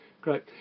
Great